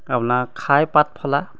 আপোনাৰ খাই পাত ফলা